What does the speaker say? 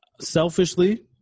selfishly